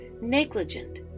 negligent